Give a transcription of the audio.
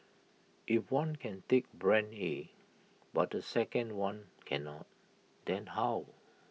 if one can take Brand A but the second one cannot then how